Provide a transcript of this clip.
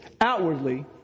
outwardly